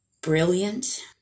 brilliant